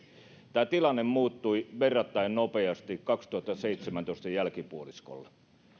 tämä tilanne muuttui verrattain nopeasti vuoden kaksituhattaseitsemäntoista jälkipuoliskolla